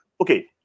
Okay